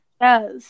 Yes